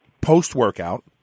post-workout